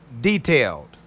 detailed